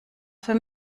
für